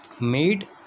made